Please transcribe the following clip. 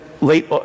late